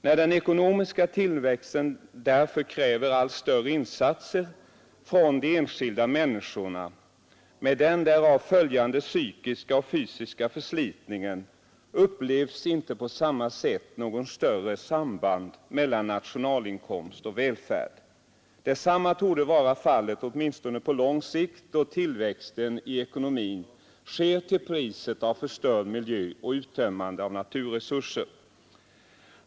När den ekonomiska tillväxten därför kräver allt större insatser från de enskilda människorna, med den därav följande psykiska och fysiska förslitningen, upplevs inte på samma sätt något större samband mellan nationalinkomst och välfärd. Detsamma torde vara fallet åtminstone på lång sikt då tillväxten i ekonomin sker till priset av förstörd miljö och uttömmande av naturresurser.